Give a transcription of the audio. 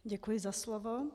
Děkuji za slovo.